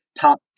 top